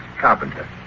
Carpenter